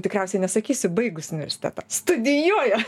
tikriausiai nesakysiu baigus universitetą studijuoja